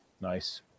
Nice